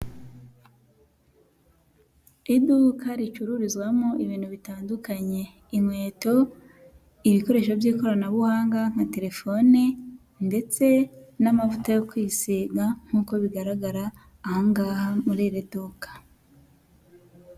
Iduka ricururizwamo ibintu bitandukanye, inkweto, ibikoresho by'ikoranabuhanga nka terefone ndetse n'amavuta yo kwisiga nk'uko bigaragara aha ngaha muri iri duka.